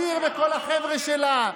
סתיו שפיר וכל החבר'ה שלה,